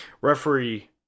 Referee